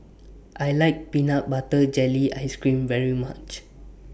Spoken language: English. I like Peanut Butter Jelly Ice Cream very much